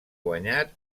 guanyat